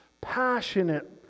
Passionate